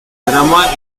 drama